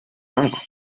banco